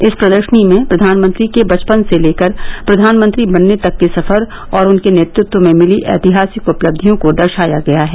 इस प्रदर्शनी में प्रधानमंत्री के बचपन से लेकर प्रधानमंत्री बनने तक के सफर और उनके नेतृत्व में मिली ऐतिहासिक उपलक्षियों को दर्शाया गया है